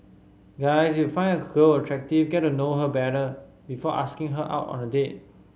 guys if you find a girl attractive get to know her better before asking her out on a date